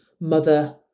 mother